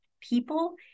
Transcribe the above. people